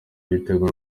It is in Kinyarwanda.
ibitego